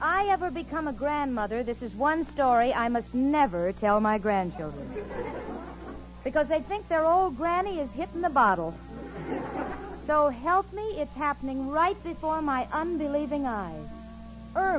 i ever become a grandmother this is one story i must never tell my grandchildren because i think they're old granny is hitting the bottle so help me it's happening right before my unbelieving